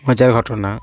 মজার ঘটনা